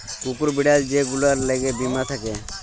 কুকুর, বিড়াল যে গুলার ল্যাগে বীমা থ্যাকে